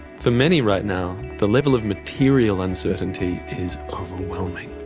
for many right now, the level of material uncertainty is overwhelming.